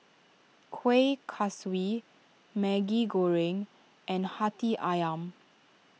Kueh Kaswi Maggi Goreng and Hati Ayam